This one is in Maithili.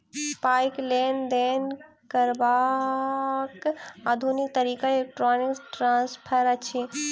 पाइक लेन देन करबाक आधुनिक तरीका इलेक्ट्रौनिक ट्रांस्फर अछि